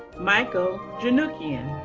michael jernukian.